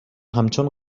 همچون